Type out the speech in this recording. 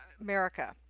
America